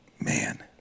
man